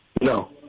No